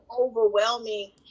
overwhelming